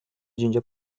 ginger